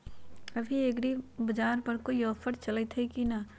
अभी एग्रीबाजार पर कोई ऑफर चलतई हई की न?